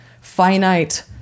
finite